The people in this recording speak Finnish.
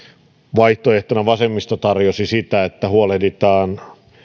vaihtoehtona vasemmisto tarjosi sitä että huolehditaan